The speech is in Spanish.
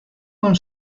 con